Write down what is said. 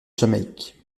jamaïque